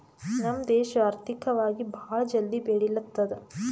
ನಮ್ ದೇಶ ಆರ್ಥಿಕವಾಗಿ ಭಾಳ ಜಲ್ದಿ ಬೆಳಿಲತ್ತದ್